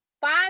five